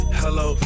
hello